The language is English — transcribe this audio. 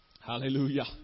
Hallelujah